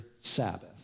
Sabbath